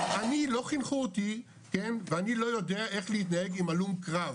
אני לא חינכו אותי ואני לא יודע איך להתנהג עם הלום קרב,